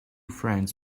friends